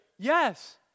Yes